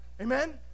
amen